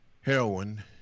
heroin